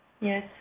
Yes